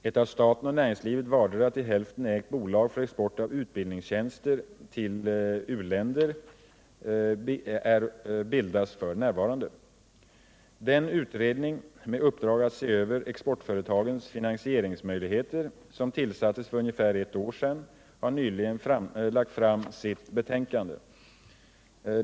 Ett av staten och näringslivet vartdera till hälften ägt bolag för export av utbildningstjänster till u-länder bildas f. n. Den utredning med uppdrag att se över exportföretagens finansieringsmöjligheter som tillsattes för ungefär ett år sedan har nyligen lagt fram sitt betänkande.